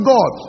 God